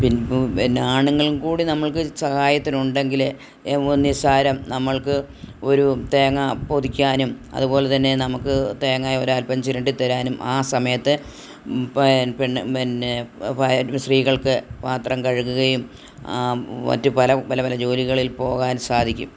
പിൻപും പിന്ന ആണുങ്ങളും കൂടി നമ്മൾക്ക് സഹായത്തിനുണ്ടെങ്കിലേ ഒന്നി നിസ്സാരം നമ്മൾക്ക് ഒരു തേങ്ങ പൊതിക്കാനും അതുപോലെ തന്നെ നമുക്ക് തേങ്ങ ഒരൽപം ചിരണ്ടി തരാനും ആ സമയത്ത് പ പെണ്ണ് പിന്നെ സ്ത്രീകൾക്ക് പാത്രം കഴുകുകയും ആ മറ്റ് പലപല പല ജോലികളിൽ പോകാൻ സാധിക്കും